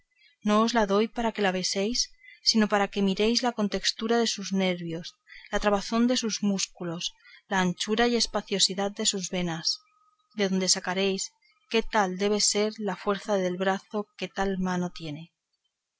os la doy para que la beséis sino para que miréis la contestura de sus nervios la trabazón de sus músculos la anchura y espaciosidad de sus venas de donde sacaréis qué tal debe de ser la fuerza del brazo que tal mano tiene